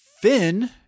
Finn